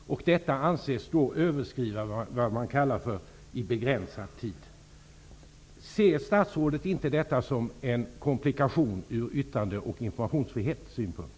Detta anses överskrida vad man kallar ''i begränsad tid''. Ser statsrådet inte detta som en komplikation ur yttrande och informationsfrihetssynpunkt?